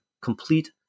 complete